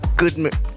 Good